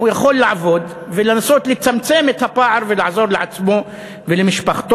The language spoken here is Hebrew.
הוא יכול לעבוד ולנסות לצמצם את הפער ולעזור לעצמו ולמשפחתו,